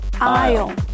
Aisle